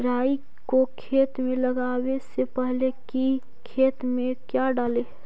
राई को खेत मे लगाबे से पहले कि खेत मे क्या डाले?